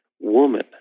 woman